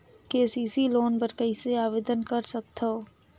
KCC loan बर कइसे आवेदन कर सकथव?